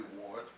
reward